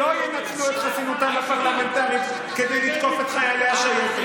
שלא ינצלו את חסינותם הפרלמנטרית כדי לתקוף את חיילי השייטת.